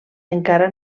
encara